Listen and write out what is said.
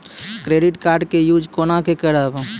Credit card के use कोना के करबऽ?